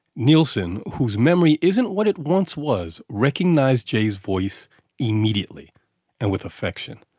neilson, whose memory isn't what it once was, recognized jay's voice immediately and with affection.